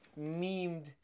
memed